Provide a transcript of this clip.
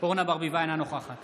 אורנה ברביבאי, אינה נוכחת